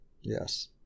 Yes